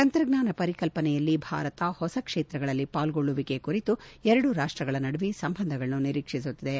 ತಂತ್ರಜ್ಞಾನ ಪರಿಕಲ್ಪನೆಯಲ್ಲಿ ಭಾರತ ಹೊಸ ಕ್ಷೇತ್ರಗಳಲ್ಲಿ ಪಾಲ್ಗೊಳ್ಳುವಿಕೆ ಕುರಿತು ಎರಡು ರಾಷ್ಟಗಳ ನಡುವೆ ಸಂಬಂಧಗಳನ್ನು ನಿರೀಕ್ಷಿಸುತ್ತಿವೆ